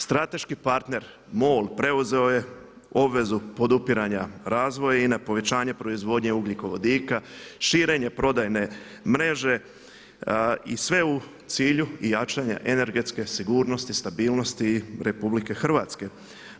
Strateški partner MOL preuzeo je obvezu podupiranja razvoja INA-e, povećanje proizvodnje ugljikovodika, širenje prodajne mreže i sve u cilju jačanja energetske sigurnosti i stabilnosti Republike Hrvatske.